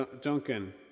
Duncan